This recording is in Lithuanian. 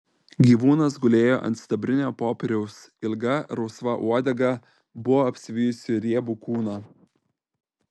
gyvūnas gulėjo ant sidabrinio popieriaus ilga rausva uodega buvo apsivijusi riebų kūną